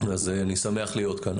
אז אני שמח להיות כאן.